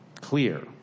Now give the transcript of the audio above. clear